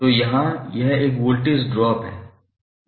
तो यहाँ यह एक वोल्टेज ड्रॉप है